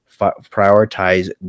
prioritize